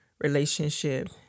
relationship